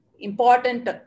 important